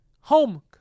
home